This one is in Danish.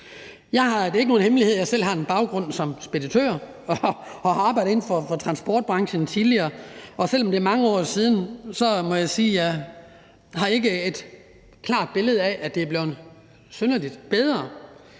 Det er ikke nogen hemmelighed, at jeg selv har en baggrund som speditør og har arbejdet inden for transportbranchen tidligere, og selv om det er mange år siden, må jeg sige, at jeg ikke har et klart billede af, at det er blevet synderlig bedre